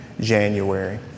January